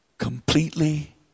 completely